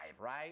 right